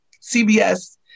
CBS